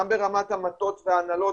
גם ברמת המטות וההנהלות,